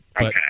Okay